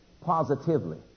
Positively